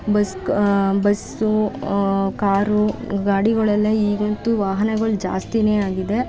ಬಸ್ಕ್ bus car ಗಾಡಿಗಳೆಲ್ಲ ಈಗಂತೂ ವಾಹನಗಳು ಜಾಸ್ತಿಯೇ ಆಗಿದೆ